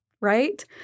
right